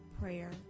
prayer